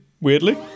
Weirdly